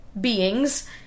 beings